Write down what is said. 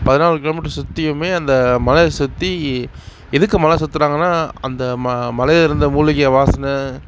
பதினாலு கிலோமீட்ரு சுற்றியுமே அந்த மலையை சுற்றி எதுக்கு மலை சுத்துறாங்கன்னால் அந்த மலைலிருந்த மூலிகை வாசனை